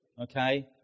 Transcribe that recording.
okay